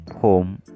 home